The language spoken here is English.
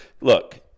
look